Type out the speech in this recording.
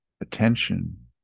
attention